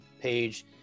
page